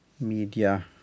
media